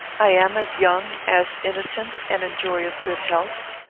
i am as young, as innocent, and enjoy as good health.